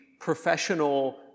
professional